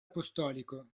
apostolico